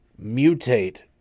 mutate